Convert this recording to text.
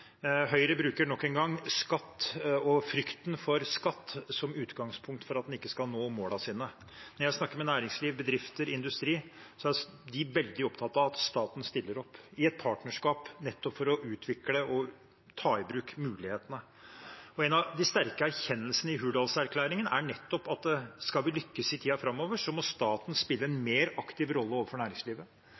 Høyre bruker nok en gang skatt og frykten for skatt som utgangspunkt for at en ikke skal nå målene sine. Når jeg snakker med næringsliv, bedrifter, industri, er de veldig opptatt av at staten stiller opp i et partnerskap nettopp for å utvikle og ta i bruk mulighetene. En av de sterke erkjennelsene i Hurdalsplattformen er nettopp at skal vi lykkes i tiden framover, må staten spille en mer aktiv rolle overfor næringslivet: